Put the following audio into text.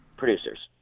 producers